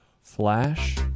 flash